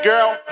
Girl